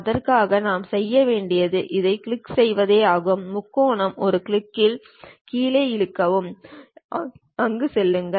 அதற்காக நாம் செய்ய வேண்டியது இதைக் கிளிக் செய்வதேயாகும் முக்கோண ஒரு கிளிக்கில் கீழே இழுக்கவும் அங்கு செல்லுங்கள்